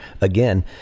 again